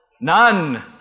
None